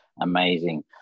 amazing